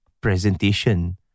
Presentation